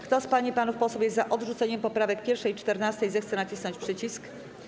Kto z pań i panów posłów jest za odrzuceniem poprawek 1. i 14., zechce nacisnąć przycisk.